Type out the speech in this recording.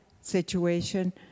situation